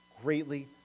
greatly